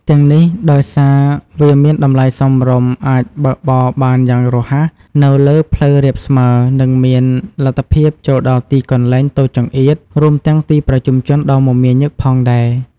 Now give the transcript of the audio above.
ទាំងនេះ ដោយសារវាមានតម្លៃសមរម្យ អាចបើកបរបានយ៉ាងរហ័សនៅលើផ្លូវរាបស្មើ និងមានលទ្ធភាពចូលដល់ទីកន្លែងតូចចង្អៀត រួមទាំងទីប្រជុំជនដ៏មមាញឹកផងដែរ។